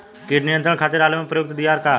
कीट नियंत्रण खातिर आलू में प्रयुक्त दियार का ह?